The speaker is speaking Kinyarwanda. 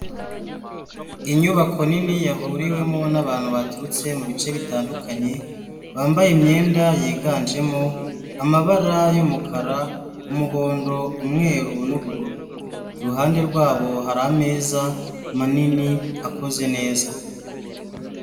Inyubako nini yahuriwemo n'abantu baturutse mubi bice bitandukanye, bambaye imyenda yiganjemo amabara y'umukara, umuhondo, umweru n'ubururu, iruhande rwabo hari ameza manini akoze neza.